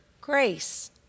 grace